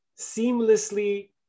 seamlessly